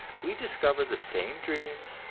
we discover the same dreams,